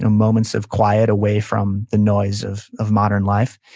ah moments of quiet away from the noise of of modern life,